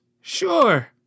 sure